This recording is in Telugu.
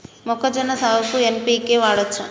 మొక్కజొన్న సాగుకు ఎన్.పి.కే వాడచ్చా?